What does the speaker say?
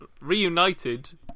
reunited